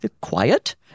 quiet